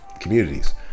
communities